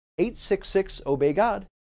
866-Obey-GOD